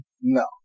No